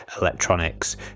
electronics